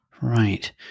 right